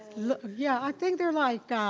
yeah, i think they're like